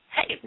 Hey